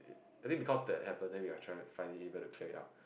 I think because that happen then we are trying to finding it got to clear it out a bit